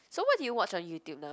so what do you watch on YouTube nowadays